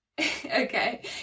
Okay